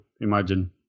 imagine